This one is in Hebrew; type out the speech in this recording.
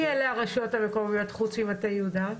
מי הרשויות המקומיות האלה מלבד מטה יהודה?